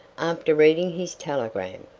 after reading his telegram.